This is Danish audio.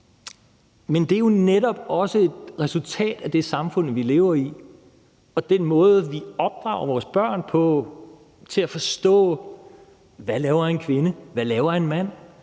Men det er jo netop også et resultat af det samfund, vi lever i, og af den måde, vi opdrager vores børn på i forhold til at forstå, hvad en kvinde laver, og hvad